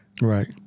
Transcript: Right